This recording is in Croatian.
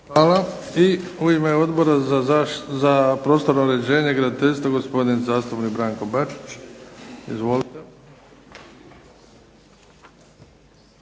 Hvala. I u ime Odbora za prostorno uređenje i graditeljstvo, gospodin zastupnik Branko Bačić. Izvolite.